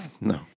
No